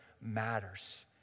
matters